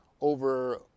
over